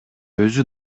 өзү